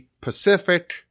Pacific